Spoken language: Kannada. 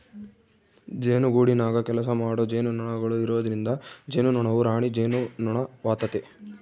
ಜೇನುಗೂಡಿನಗ ಕೆಲಸಮಾಡೊ ಜೇನುನೊಣಗಳು ಇರೊದ್ರಿಂದ ಜೇನುನೊಣವು ರಾಣಿ ಜೇನುನೊಣವಾತತೆ